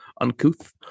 uncouth